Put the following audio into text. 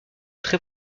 très